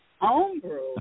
Homebrew